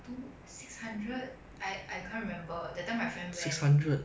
two six hundred I I can't remember that time my friend went